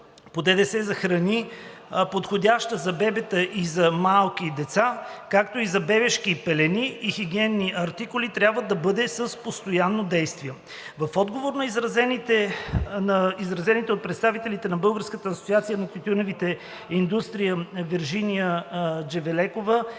по ДДС за храни, подходящи за бебета и за малки деца, както и за бебешки пелени и хигиенни артикули, трябва да бъде с постоянно действие. В отговор на изразените от представителите на Българската асоциация на тютюневата индустрия – Вержиния Джевелекова